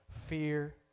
fear